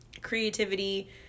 creativity